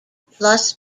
plus